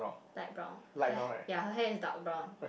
light brown hair ya her hair is dark brown